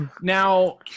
Now